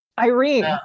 Irene